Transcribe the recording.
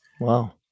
Wow